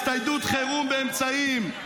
הצטיידות חירום באמצעים,